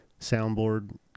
soundboard